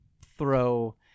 throw –